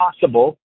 possible